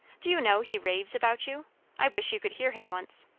do you know, he raves about you i wish you could hear him once.